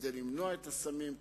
כדי למנוע את הסמים,